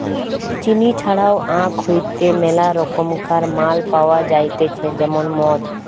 চিনি ছাড়াও আখ হইতে মেলা রকমকার মাল পাওয়া যাইতেছে যেমন মদ